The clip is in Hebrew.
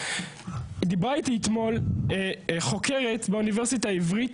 דיברה איתי אתמול חוקרת באוניברסיטה העברית